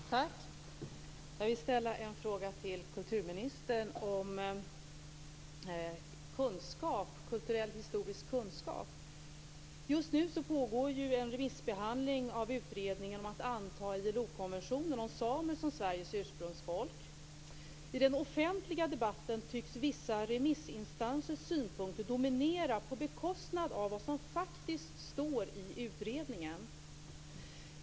Fru talman! Jag vill ställa en fråga till kulturministern om kulturell och historisk kunskap. Just nu pågår en remissbehandling av utredningen om att anta ILO-konventionen om samer som Sveriges ursprungsfolk. I den offentliga debatten tycks vissa remissinstansers synpunkter dominera på bekostnad av vad som faktiskt står i utredningen.